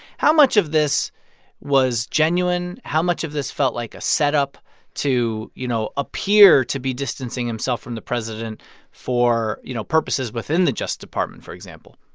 how much of this was genuine? how much of this felt like a setup to, you know, appear to be distancing himself from the president for, you know, purposes within the justice department, for example?